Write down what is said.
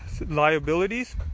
liabilities